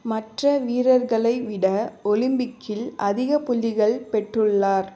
மற்ற வீரர்களை விட ஒலிம்பிக்கில் அதிக புள்ளிகள் பெற்றுள்ளார்